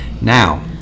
Now